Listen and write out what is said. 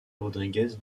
rodríguez